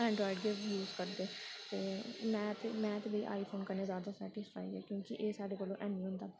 Android गै use करदे ते में ते ते में ते भाई आई फोन कन्नै जादा सैटिस्फाई आं क्योंकि एह् साढ़े कोल हैनी होंदा